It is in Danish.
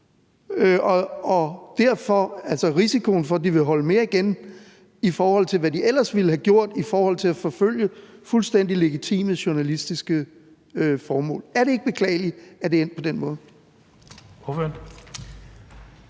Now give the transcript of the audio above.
derfor er med risikoen for, at de vil holde mere igen, i forhold til hvad de ellers ville have gjort med hensyn til at forfølge fuldstændig legitime journalistiske formål? Er det ikke beklageligt, at det er endt på den måde?